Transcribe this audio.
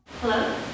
Hello